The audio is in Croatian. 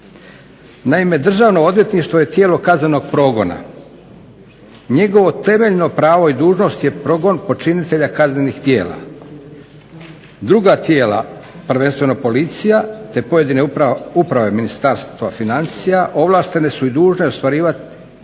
Naime "Državno odvjetništvo je tijelo kaznenog progona. Njegovo temeljno pravo i dužnost je progon počinitelja kaznenih djela. Druga tijela, prvenstveno policija te pojedine uprave Ministarstva financija ovlaštene su i dužne ostvarivati